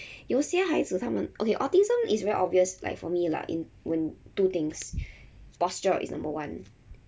有些孩子他们 okay autism is very obvious like for me lah in when two things posture is number one